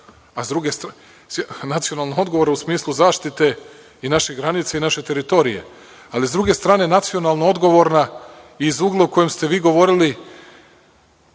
sa jedne strane nacionalno odgovorna u smislu zaštite i naše granice i naše teritorije. Sa druge strane nacionalno odgovorna iz ugla o kojem ste vi govorili